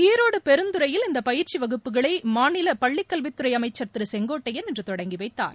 ஈரோடு பெருந்துறையில் இந்த பயிற்சி வகுப்புகளை மாநில பள்ளிக் கல்வித்துறை அமைச்சர் திரு செங்கோட்டையன் இன்று தொடங்கி வைத்தார்